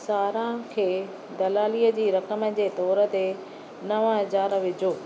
सारा खे दलालीअ जी रक़म जे तोर ते नव हज़ार विझो